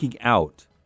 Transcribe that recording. out